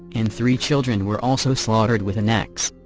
and three children were also slaughtered with an ax.